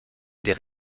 des